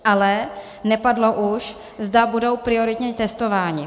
Ale nepadlo už, zda budou prioritně testováni.